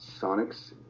Sonics